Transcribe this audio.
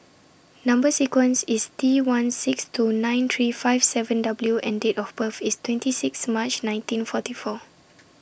Number sequence IS T one six two nine three five seven W and Date of birth IS twenty six March nineteen forty four